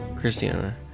Christiana